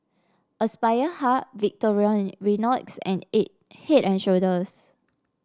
Aspire Hub and aid Head And Shoulders